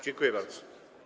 Dziękuję bardzo.